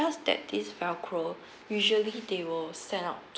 that this velcro usually they will send out